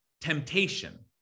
temptation